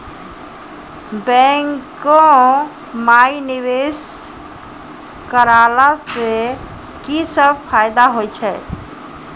बैंको माई निवेश कराला से की सब फ़ायदा हो छै?